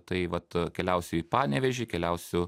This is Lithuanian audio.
tai vat keliausiu į panevėžį keliausiu